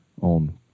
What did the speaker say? on